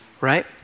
Right